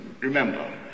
Remember